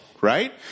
right